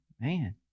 Man